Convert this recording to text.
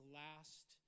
last